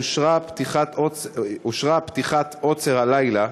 אושרה פתיחת עוצר הלילה,